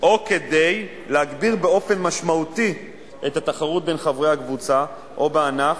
או כדי להגביר באופן משמעותי את התחרות בין חברי הקבוצה או בענף,